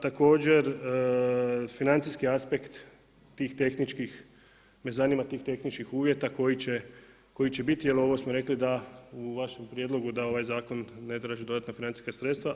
Također financijski aspekt me zanima tih tehničkih uvjeta koji će biti jer ovo smo rekli da u vašem prijedlogu da ovaj zakon ne traži dodatna financijska sredstva.